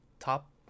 Top